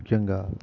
ముఖ్యంగా